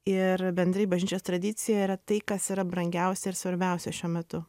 ir bendrai bažnyčios tradicija yra tai kas yra brangiausia ir svarbiausia šiuo metu